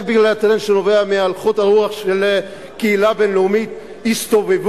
רק בגלל הטרנד שנובע מהלך הרוח של הקהילה הבין-לאומית הסתובב